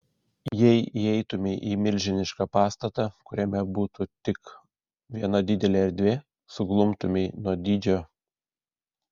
jei įeitumei į milžinišką pastatą kuriame būtų tik viena didelė erdvė suglumtumei nuo dydžio